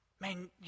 Man